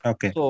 Okay